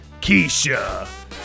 Keisha